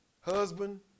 husband